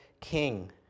king